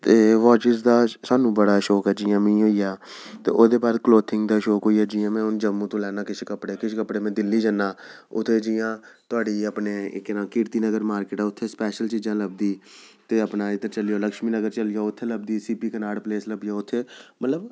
ते वॉच्स दा सानूं बड़ा शौक ऐ जि'यां मिगी होइया ते ओह्दे बाद क्लोथिंग दा शौक होइया जि'यां हून में जम्मू तो लैन्ना किश कपड़े किश में कपड़े दिल्ली जन्ना उत्थें जि'यां थुआढ़ी अपने कीर्ति नगर मार्किट ऐ उत्थें स्पेशल चीजां लभदी ते अपना इक लक्ष्मी नगर चली जाओ उत्थें लभदी सी पी कनॉट उत्थें